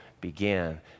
began